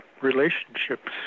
relationships